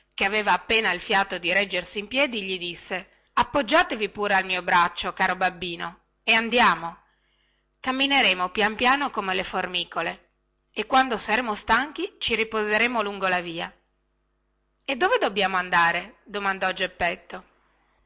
che aveva appena il fiato di reggersi in piedi gli disse appoggiatevi pure al mio braccio caro babbino e andiamo cammineremo pian pianino come le formicole e quando saremo stanchi ci riposeremo lungo la via e dove dobbiamo andare domandò geppetto